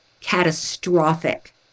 catastrophic